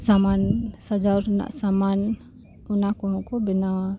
ᱥᱟᱢᱟᱱ ᱥᱟᱡᱟᱣ ᱨᱮᱱᱟᱜ ᱥᱟᱢᱟᱱ ᱚᱱᱟ ᱠᱚᱦᱚᱸ ᱠᱚ ᱵᱮᱱᱟᱣᱟ